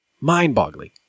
mind-boggling